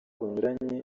bunyuranye